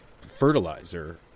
fertilizer